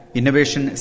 Innovation